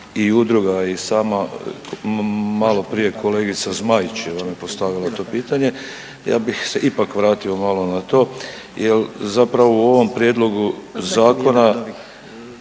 i udruga i sama maloprije kolegica Zmaić je vam postavila to pitanje, ja bih se ipak vratio malo na to jel zapravo u ovom prijedlogu zakona